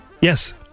yes